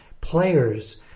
players